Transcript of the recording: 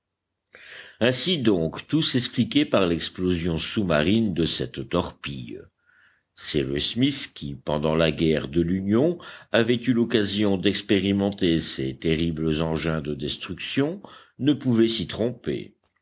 ainsi donc tout s'expliquait par l'explosion sous-marine de cette torpille cyrus smith qui pendant la guerre de l'union avait eu l'occasion d'expérimenter ces terribles engins de destruction ne pouvait s'y tromper